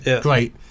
great